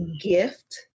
gift